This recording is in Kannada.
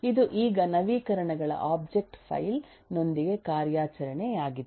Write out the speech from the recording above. ಇದು ಈಗ ನವೀಕರಣಗಳ ಒಬ್ಜೆಕ್ಟ್ ಫೈಲ್ ನೊಂದಿಗೆ ಕಾರ್ಯಾಚರಣೆಯಾಗಿದೆ